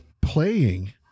playing